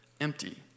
empty